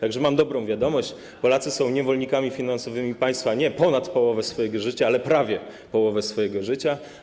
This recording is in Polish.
Tak że mam dobrą wiadomość: Polacy są niewolnikami finansowymi państwa nie przez ponad połowę swojego życia, ale przez prawie połowę swojego życia.